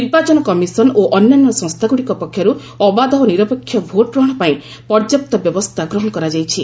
ନିର୍ବାଚନ କମିଶନ ଓ ଅନ୍ୟାନ୍ୟ ସଂସ୍ଥାଗୁଡ଼ିକ ପକ୍ଷରୁ ଅବାଧ ଓ ନିରପେକ୍ଷ ଭୋଟ୍ ଗ୍ରହଣ ପାଇଁ ପର୍ଯ୍ୟାପ୍ତ ବ୍ୟବସ୍ଥା ଗ୍ରହଣ କରାଯାଇଛି